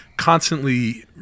Constantly